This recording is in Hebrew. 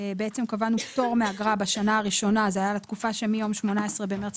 קבענו פטור מאגרה בשנה הראשונה זה היה מיום 18 במרץ